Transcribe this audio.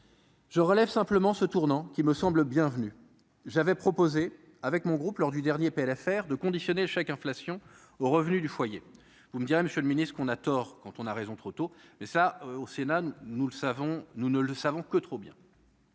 Je relève simplement ce tournant qui me semble bienvenu, j'avais proposé avec mon groupe lors du dernier pff. C'est-à-dire de conditionner chèque inflation aux revenus du foyer, vous me direz, Monsieur le Ministre, qu'on a tort quand on a raison trop tôt mais ça au Sénat, nous le savons, nous ne